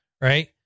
right